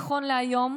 נכון להיום,